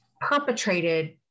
perpetrated